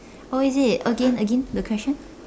oh is it again again the question